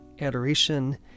adoration